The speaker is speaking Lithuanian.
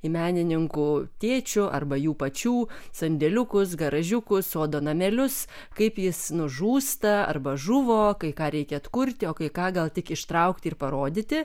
į menininkų tėčių arba jų pačių sandėliukus garažiukus sodo namelius kaip jis nužūsta arba žuvo kai ką reikia atkurti o kai ką gal tik ištraukti ir parodyti